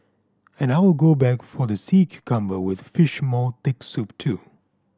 and I'll go back for the sea cucumber with fish maw thick soup too